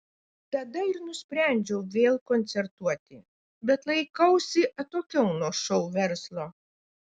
tada ir nusprendžiau vėl koncertuoti bet laikausi atokiau nuo šou verslo